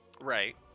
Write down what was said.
Right